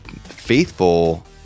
faithful